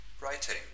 writing